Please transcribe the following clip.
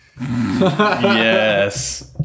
Yes